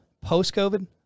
Post-COVID